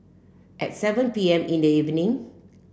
at seven P M in the evening